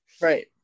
Right